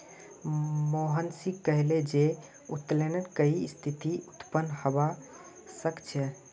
मोहनीश कहले जे उत्तोलन कई स्थितित उत्पन्न हबा सख छ